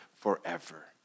forever